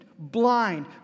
blind